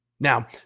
Now